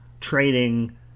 trading